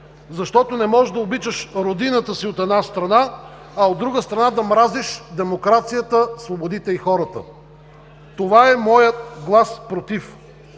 защото не можеш да обичаш родината си, от една страна, а, от друга страна, да мразиш демокрацията, свободите и хората. Това е моят глас „против“.